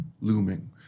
looming